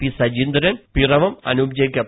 P Sajeendran Piravom Anoop Jacob